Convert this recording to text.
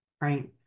Right